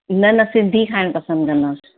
न न सिंधी खाइण पसंदि कंदासीं